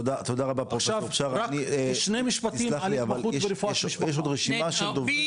תודה רבה בשארה אבל תסלח לי יש עוד רשימה של דוברים.